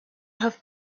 have